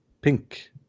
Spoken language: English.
pink